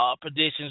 predictions